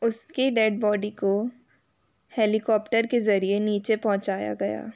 उसकी dead body को helicopter के ज़रिए नीचे पहुँचाया गया